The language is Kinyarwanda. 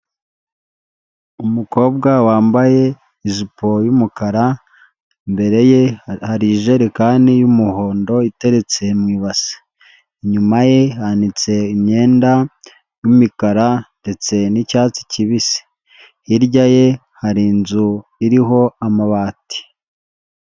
Umukobwa wambaye ijipo y'umukara, imbere hari ijerekani y'umuhondo iteretse mu ibasi, inyuma ye hanitse imyenda y'imikara ndetse n'icyatsi kibisi, hirya ye hari inzu iriho amabati.